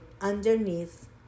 underneath